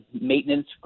maintenance